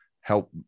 help